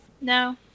No